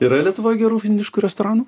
yra lietuvoj gerų indiškų restoranų